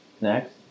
Next